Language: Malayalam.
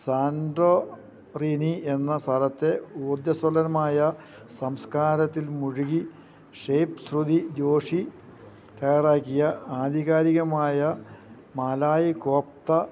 സാൻ്റോറിനി എന്ന സ്ഥലത്തെ ഊർജസ്വലമായ സംസ്കാരത്തിൽ മുഴുകി ഷെഫ് ശ്രുതി ജോഷി തയ്യാറാക്കിയ ആധികാരികമായ മലായ് കോഫ്ത